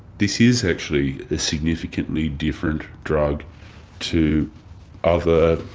this is actually a significantly different drug to other